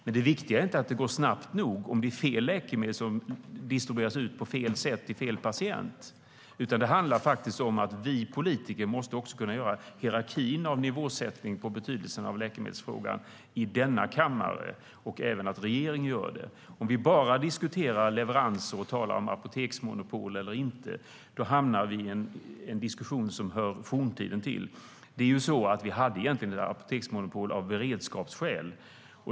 Men det viktiga är inte att det går snabbt nog - om fel läkemedel distribueras på fel sätt till fel patient - utan det handlar om att vi politiker måste kunna göra hierarkin när det gäller nivåsättningen av betydelsen av läkemedelsfrågan i denna kammare och att även regeringen gör det. Om vi bara diskuterar leveranser och talar om apoteksmonopol eller inte hamnar vi i en diskussion som hör forntiden till. Att vi hade ett apoteksmonopol var egentligen av beredskapsskäl.